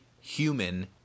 human